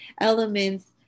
elements